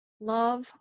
love